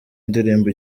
indirimbo